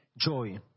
joy